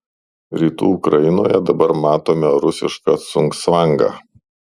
rytų ukrainoje dabar matome rusišką cugcvangą